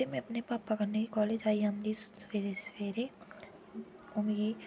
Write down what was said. ते में अपने भापा कन्नै गै कॉलेज जाई आंदी सबैह्रे सबैह्रे ओह् मिगी